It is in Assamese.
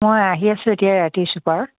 মই আহি আছোঁ এতিয়া ৰাতি চুপাৰত